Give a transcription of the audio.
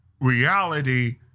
reality